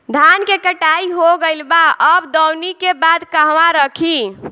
धान के कटाई हो गइल बा अब दवनि के बाद कहवा रखी?